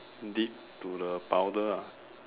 dip to the powder ah